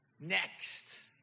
next